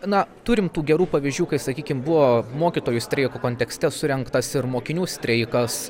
na turim tų gerų pavyzdžių kai sakykim buvo mokytojų streiko kontekste surengtas ir mokinių streikas